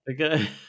Okay